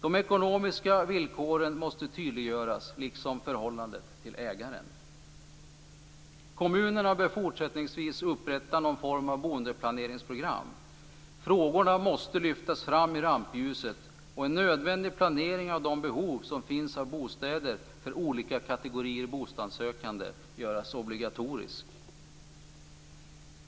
De ekonomiska villkoren måste tydliggöras, liksom förhållandet till ägaren. Kommunerna bör fortsättningsvis upprätta någon form av boendeplaneringsprogram. Frågorna måste lyftas fram i rampljuset och en nödvändig planering av de behov av bostäder som finns för olika kategorier bostadssökande göras obligatorisk.